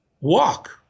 Walk